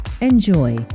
Enjoy